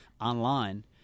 online